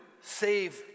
save